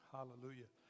Hallelujah